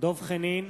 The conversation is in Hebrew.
דב חנין,